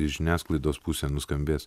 į žiniasklaidos pusę nuskambės